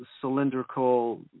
cylindrical